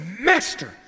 master